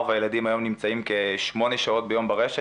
והילדים היום נמצאים כ-8 שעות ביום ברשת,